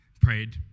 Prayed